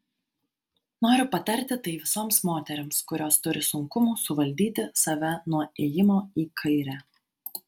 noriu patarti tai visoms moterims kurios turi sunkumų suvaldyti save nuo ėjimo į kairę